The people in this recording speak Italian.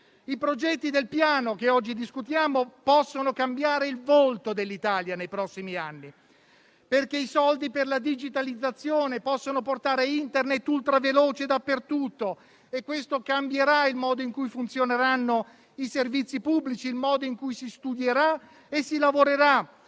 I progetti del Piano che oggi discutiamo possono cambiare il volto dell'Italia nei prossimi anni, perché i soldi per la digitalizzazione possono portare Internet ultraveloce dappertutto e questo cambierà il modo in cui funzioneranno i servizi pubblici, il modo in cui si studierà e si lavorerà.